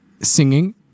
Singing